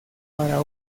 para